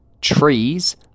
Trees